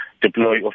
deploy